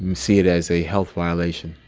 see it as a health violation.